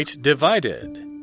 Divided